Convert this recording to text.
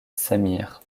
samir